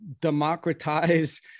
democratize